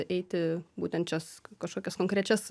eiti būtent šias kažkokias konkrečias